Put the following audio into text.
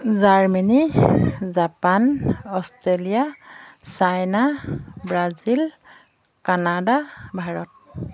Germany Japan Australia China Brazil Canada Bharat